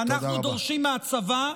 אנחנו דורשים מהצבא,